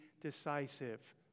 decisive